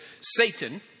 Satan